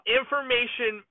information